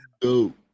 dope